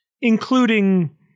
including